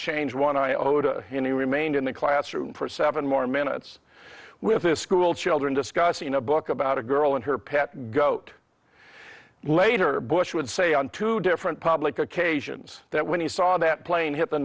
change one iota and he remained in the classroom for seven more minutes with this schoolchildren discussing a book about a girl and her pet goat later bush would say on two different public occasions that when he saw that plane hit the